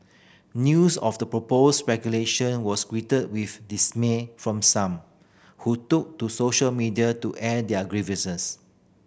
news of the proposed regulation was greeted with dismay from some who took to social media to air their grievances